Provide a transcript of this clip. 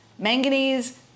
manganese